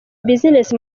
business